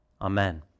Amen